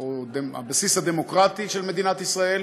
או הבסיס הדמוקרטי של מדינת ישראל